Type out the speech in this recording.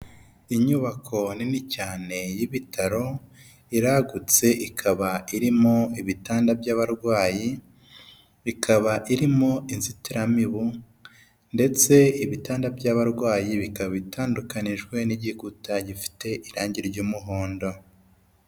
Inyubako nini cyane y'ibitaro iragutse, ikaba irimo ibitanda by'abarwayi, ikaba irimo inzitiramibu ndetse ibitanda by'abarwayi bikaba bitandukanijwe n'igikuta gifite irangi ry'umuhondo.